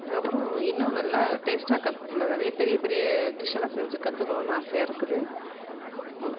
அப்புறம் இன்னும் நல்லா டேஸ்ட்டாக கத் நிறைய பெரிய பெரிய டிஷ் எல்லாம் செஞ்சு கற்றுக்கணுன்னு ஆசையாக இருக்குது அவ்ளோ தான்